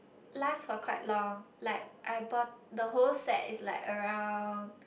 last for quite long like I bought the whole set is like around